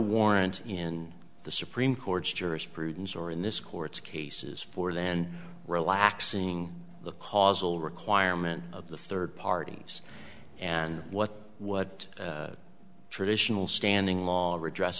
warrant in the supreme court's jurisprudence or in this court's cases for then relaxing the causal requirement of the third parties and what what traditional standing law